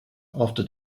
after